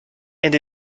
and